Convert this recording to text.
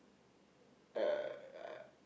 uh uh